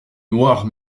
noirs